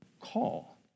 call